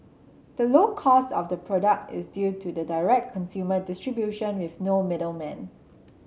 the low cost of the product is due to the direct consumer distribution with no middlemen